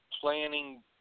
planning